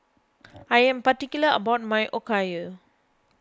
I am particular about my Okayu